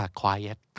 quiet